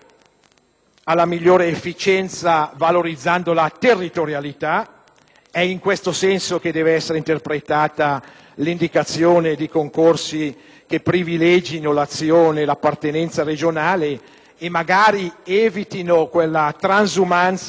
alla migliore efficienza valorizzando la territorialità. È in questo senso che deve essere interpretata l'indicazione di concorsi che privilegino l'azione e l'appartenenza regionale e, magari, evitino quella transumanza